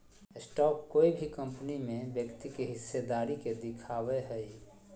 stock कोय भी company में व्यक्ति के हिस्सेदारी के दिखावय हइ